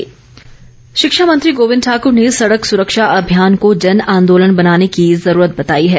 गोविंद शिक्षा मंत्री गोविंद ठाकुर ने सड़क सुरक्षा अभियान को जनआंदोलन बनाने की ज़रूरत बताई है